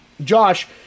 Josh